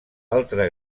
altra